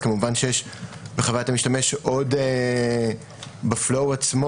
אז כמובן שיש בחוויית המשתמש ב-flow עצמו